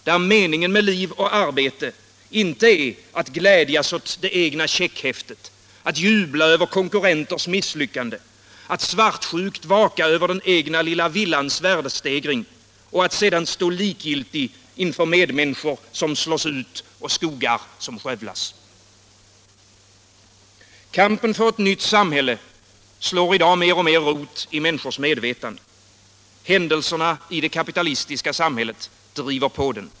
Där meningen med liv och arbete inte är att glädjas åt det egna checkhäftet, att jubla över konkurrenters misslyckande, att svartsjukt vaka över den egna lilla villans värdestegring och att sedan stå likgiltig inför medmänniskor som slås ut och skogar som skövlas. Kampen för ett nytt samhälle slår i dag mer och mer rot i människors medvetande. Händelserna i det kapitalistiska samhället driver på den.